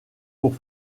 pour